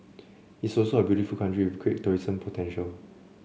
it's also a beautiful country with great tourism potential